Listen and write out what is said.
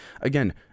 again